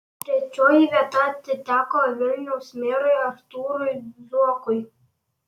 trečioji vieta atiteko vilniaus merui artūrui zuokui